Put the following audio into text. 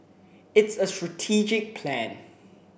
it's a strategic plan